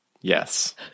Yes